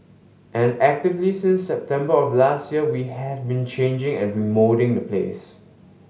and actively since September of last year we have been changing and remoulding the place